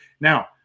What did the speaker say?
Now